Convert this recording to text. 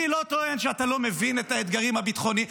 אני לא טוען שאתה לא מבין את האתגרים הביטחוניים.